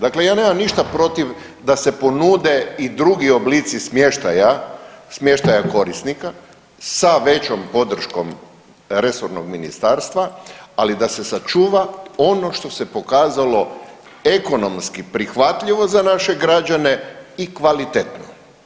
Dakle, ja nemam ništa protiv da se ponude i drugi oblici smještaja, smještaja korisnika sa većom podrškom resornog ministarstva, ali da se sačuva ono što se pokazalo ekonomski prihvatljivo za naše građane i kvalitetno.